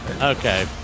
Okay